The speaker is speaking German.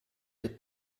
der